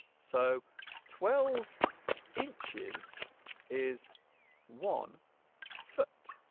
so twelve inches is one foot